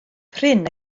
prin